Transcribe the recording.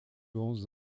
onze